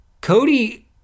Cody